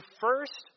first